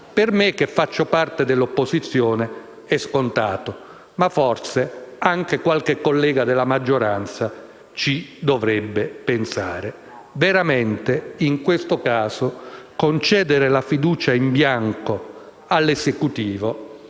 Per me che faccio parte dell'opposizione è scontato, ma forse anche qualche collega della maggioranza ci dovrebbe pensare. In questo caso, concedere la fiducia in bianco all'Esecutivo